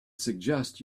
suggest